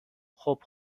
خوب